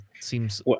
seems